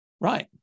Right